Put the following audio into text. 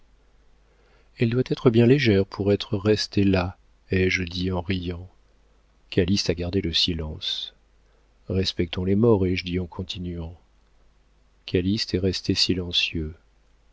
elle doit être bien légère pour être restée là ai-je dit en riant calyste a gardé le silence respectons les morts ai-je dit en continuant calyste est resté silencieux